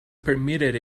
permitted